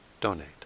donate